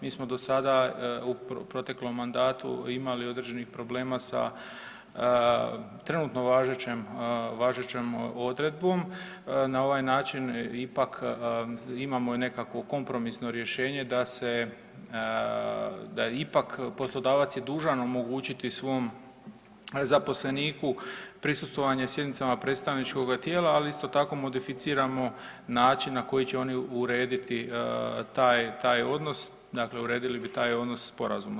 Mi smo dosada u proteklom mandatu imali određenih problema sa trenutno važećem, važećem odredbom, na ovaj način ipak imamo i nekakvo kompromisno rješenje da se, da je ipak poslodavac je dužan omogućiti svom zaposleniku prisustvovanje sjednicama predstavničkoga tijela, ali isto tako modificiramo način na koji će oni urediti taj, taj odnos, dakle uredili bi taj odnos sporazumom.